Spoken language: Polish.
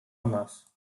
nas